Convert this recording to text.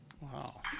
Wow